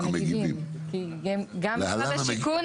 להן המגיבה.